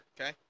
Okay